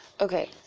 okay